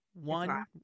one